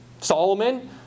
Solomon